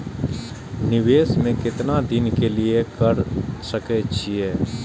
निवेश में केतना दिन के लिए कर सके छीय?